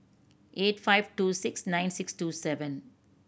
eight five two six nine six two seven